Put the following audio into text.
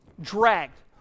dragged